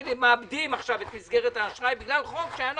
שמאבדים עכשיו את מסגרת האשראי בגלל חוק שהיה נכון,